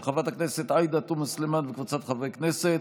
של חברת הכנסת עאידה תומא סלימאן וקבוצת חברי הכנסת.